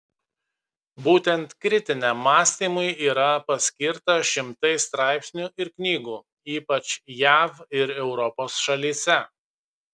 būtent kritiniam mąstymui yra paskirta šimtai straipsnių ir knygų ypač jav ir europos šalyse